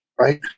Right